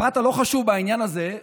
הפרט הלא-חשוב בעניין הזה,